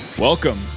Welcome